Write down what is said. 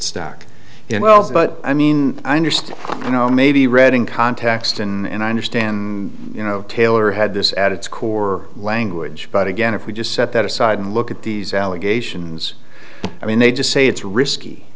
stock in wells but i mean i understand you know maybe reading context and i understand you know taylor had this at its core language but again if we just set that aside and look at these allegations i mean they just say it's risky